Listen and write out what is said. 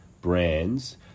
brands